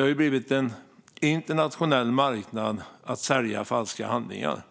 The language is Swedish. har blivit en internationell marknad att sälja falska handlingar.